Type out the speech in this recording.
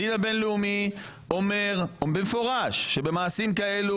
הדין הבין-לאומי אומר במפורש שבמעשים כאלה